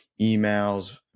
emails